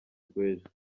rw’ejo